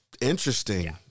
Interesting